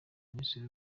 minisiteri